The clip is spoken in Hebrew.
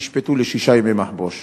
נשפטו לשישה ימי מחבוש.